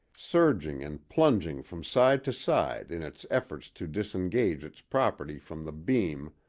surging and plunging from side to side in its efforts to disengage its property from the beam,